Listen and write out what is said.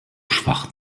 schwach